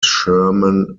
sherman